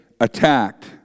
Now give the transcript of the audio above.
attacked